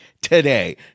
today